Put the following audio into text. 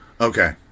Okay